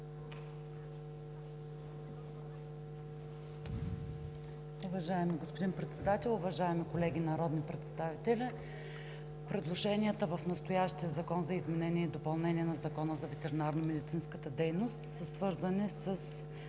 Уважаеми господин Председател, уважаеми колеги народни представители! Предложенията в настоящия Закон за изменение и допълнение на Закона за ветеринарномедицинската дейност са свързани със